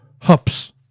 hups